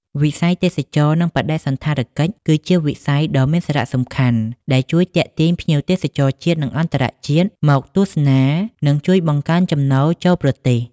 វិស័យទេសចរណ៍និងបដិសណ្ឋារកិច្ច គឺជាវិស័យដ៏មានសារៈសំខាន់ ដែលជួយទាក់ទាញភ្ញៀវទេសចរជាតិ និងអន្តរជាតិមកទស្សនា និងជួយបង្កើនចំណូលចូលប្រទេស។